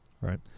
Right